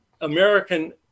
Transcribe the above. American